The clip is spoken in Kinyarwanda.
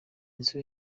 nzu